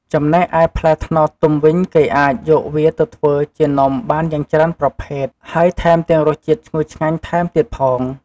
ចំណែកឯផ្លែត្នោតទុំវិញគេអាច យកវាទៅធ្វើជានំបានយ៉ាងច្រើនប្រភេទ ហើយថែមទាំងរសជាតិឈ្ងុយឆ្ងាញ់ថែមទៀតផង។